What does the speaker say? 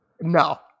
No